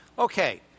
Okay